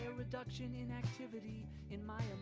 reduction in activity in my